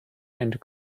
and